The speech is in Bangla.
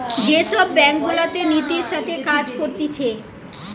যে সব ব্যাঙ্ক গুলাতে নীতির সাথে কাজ করতিছে